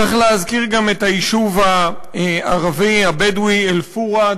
צריך להזכיר גם את היישוב הערבי הבדואי אל-פורעה,